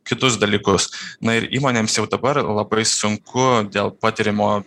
kitus dalykus na ir įmonėms jau dabar labai sunku dėl patiriamo